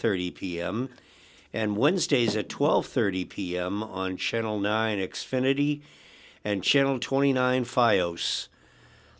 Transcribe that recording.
thirty pm and wednesdays at twelve thirty pm on channel nine x finity and channel twenty nine fi ost